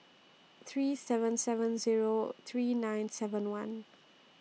three seven seven Zero three nine seven one